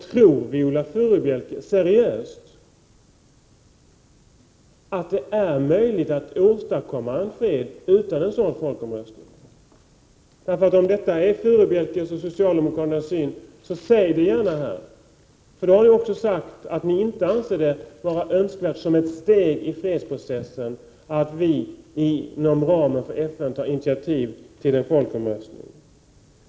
Tror Viola Furubjelke seriöst att det är möjligt att åstadkomma fred utan en sådan folkomröstning? Om detta är Furubjelkes och socialdemokraternas syn, så säg det gärna här. Ni har också sagt att ni inte anser det önskvärt som ett steg i fredsprocessen att vi inom ramen för FN tar initiativ till en folkomröstning.